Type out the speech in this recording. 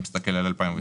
זה לא יאומן.